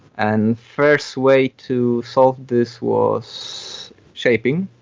and first way to solve this was shaping.